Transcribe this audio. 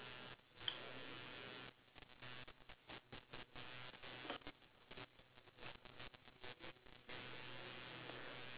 okay